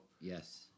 Yes